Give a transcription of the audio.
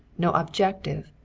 no objective,